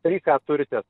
tai ką turite